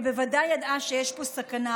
היא בוודאי ידעה שיש פה סכנה,